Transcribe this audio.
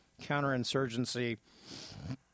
counterinsurgency